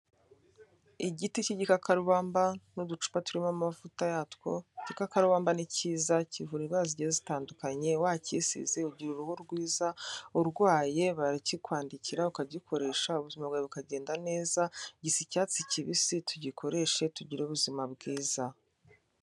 Igiti cy'igikakarubamba n'uducupa turimo amavuta yatwo, igikakarubambaka ni cyiza kivurarwa zigiye zitandukanye, wakisize ugira uruhu rwiza, urwaye barakikwandikira ukagikoresha ubuzima bwawe bukagenda neza, gisa icyatsi kibisi tugikoreshe tugire ubuzima bwiza.